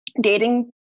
dating